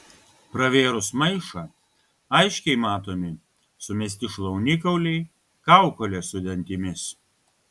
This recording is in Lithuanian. pravėrus maišą aiškiai matomi sumesti šlaunikauliai kaukolės su dantimis